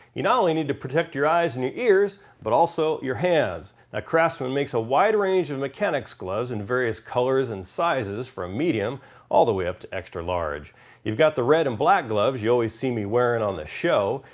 you not only need protect your eyes and your ears but also your hands. now craftsman makes a wide range of mechanics gloves in various colors and sizes from medium all the way up to extra large you've got the red and black gloves you always see me wearing on the show,